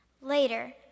Later